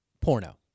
porno